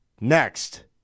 Next